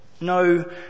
No